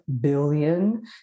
billion